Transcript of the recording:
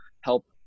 help